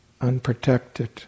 unprotected